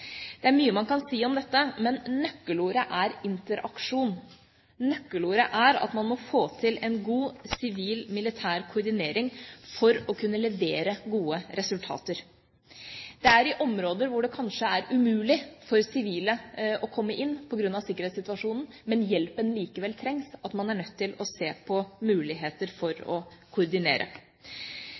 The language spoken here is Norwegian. Det er mye man kan si om dette, men nøkkelordet er interaksjon. Nøkkelordet er at man må få til en god sivil-militær koordinering for å kunne levere gode resultater. Det er i områder hvor det kanskje er umulig for sivile å komme inn på grunn av sikkerhetssituasjonen, men hjelpen likevel trengs, at man er nødt til å se på muligheter for å koordinere.